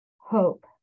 hope